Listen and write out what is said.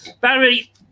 Barry